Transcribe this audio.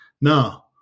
Now